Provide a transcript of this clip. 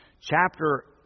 chapter